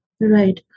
Right